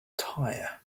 tire